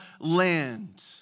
land